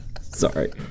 Sorry